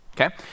Okay